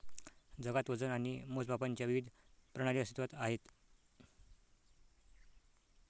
जगात वजन आणि मोजमापांच्या विविध प्रणाली अस्तित्त्वात आहेत